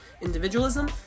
individualism